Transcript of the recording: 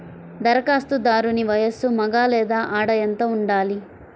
ధరఖాస్తుదారుని వయస్సు మగ లేదా ఆడ ఎంత ఉండాలి?